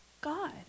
God